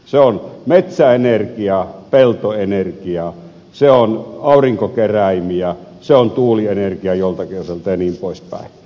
se on metsäenergia peltoenergia se on aurinkokeräimiä se on tuulienergia joltakin osalta ja niin pois päin